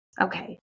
Okay